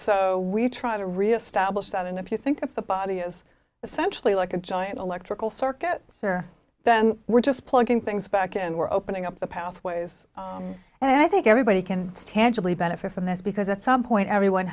so we try to reestablish that and if you think of the body is essentially like a giant electrical circuit here then we're just plugging things back and we're opening up the pathways and i think everybody can tangibly benefit from this because at some point everyone